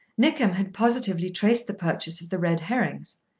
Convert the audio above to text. nickem had positively traced the purchase of the red herrings.